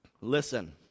Listen